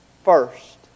first